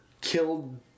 killed